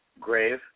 grave